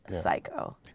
psycho